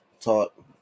taught